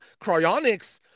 cryonics